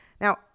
Now